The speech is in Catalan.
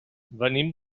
venim